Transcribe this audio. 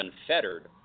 unfettered